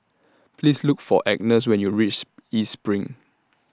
Please Look For Agnes when YOU REACH East SPRING